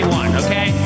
okay